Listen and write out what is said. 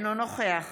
אינו נוכח